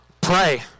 Pray